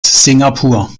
singapur